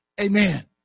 Amen